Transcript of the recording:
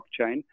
blockchain